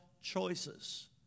choices